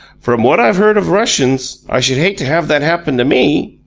from what i've heard of russians, i should hate to have that happen to me.